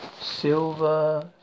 silver